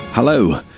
Hello